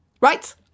Right